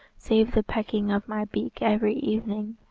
save the pecking of my beak every evening,